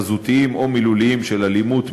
חזותיים או מילוליים של אלימות,